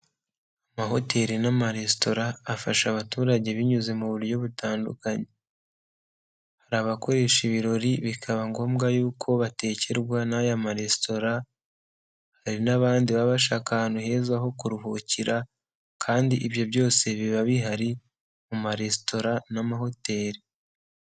Amahoteli n'amaresitora, afasha abaturage binyuze mu buryo bu hari abakoresha ibirori bikaba ngombwa yuko batekerwa n'aya maresitora, hari n'abandi baba bashaka ahantu heza ho kuruhukira kandi ibyo byose biba bihari, mu maresitora n'amahoteli.